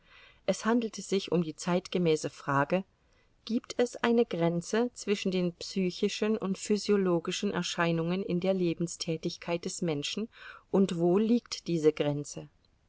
es handelte sich um die zeitgemäße frage gibt es eine grenze zwischen den psychischen und physiologischen erscheinungen in der lebenstätigkeit des menschen und wo liegt diese grenze